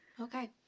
okay